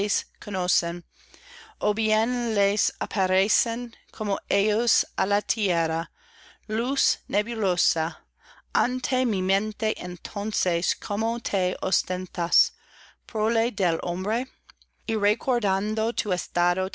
ó bien les aparecen como ellas á la tierra luz nebulosa ante mí mente entonces cómo te ostentas prole del hombre y recordando